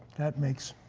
that makes